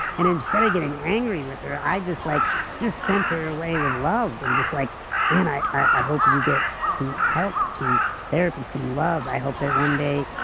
and instead of getting angry with her, i just like and sent her away with love and just like man i i hope you get some help, some therapy some love. i hope that one day,